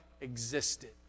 existed